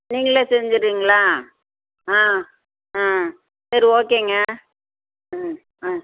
நீங்களே செஞ்சுருவீங்களா ஆ ஆ சரி ஓகேங்க ஆ ஆ